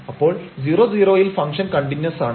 അപ്പോൾ 00 ൽ function continues ആണ്